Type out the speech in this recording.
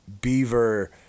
beaver